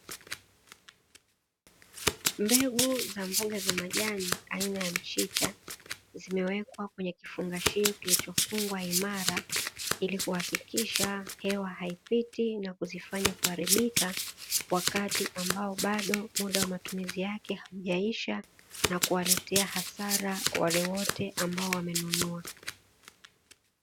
Mbegu za mboga za majani aina ya mchicha, zimewekwa kwenye kifungashio kilichofungwa imara ili kuhakikisha hewa haipiti na kuzifanya kuharibika, wakati ambao bado muda wa matumizi yake haujaisha na kuwaletea hasara wale wote ambao wamenunua.